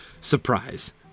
surprise